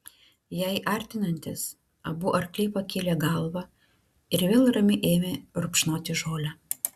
jai artinantis abu arkliai pakėlė galvą ir vėl ramiai ėmė rupšnoti žolę